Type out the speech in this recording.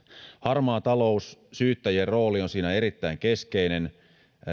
harmaa talous syyttäjien rooli on siinä erittäin keskeinen